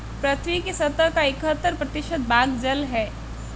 पृथ्वी की सतह का इकहत्तर प्रतिशत भाग जल है